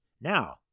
Now